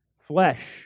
flesh